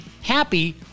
happy